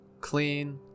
clean